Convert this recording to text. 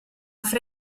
fra